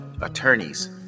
attorneys